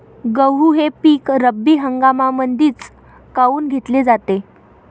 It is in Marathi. गहू हे पिक रब्बी हंगामामंदीच काऊन घेतले जाते?